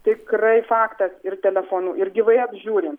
tikrai faktas ir telefonu ir gyvai apžiūrint